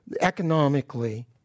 economically